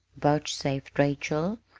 vouchsafed rachel,